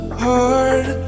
hard